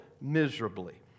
miserably